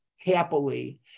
Happily